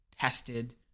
tested